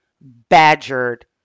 badgered